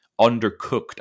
undercooked